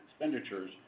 expenditures